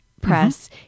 press